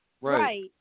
Right